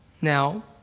Now